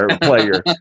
player